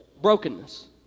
Brokenness